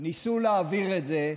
ניסו להעביר את זה,